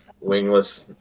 wingless